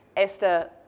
Esther